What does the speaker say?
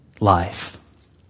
life